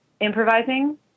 improvising